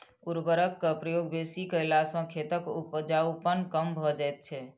उर्वरकक प्रयोग बेसी कयला सॅ खेतक उपजाउपन कम भ जाइत छै